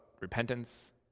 repentance